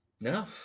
No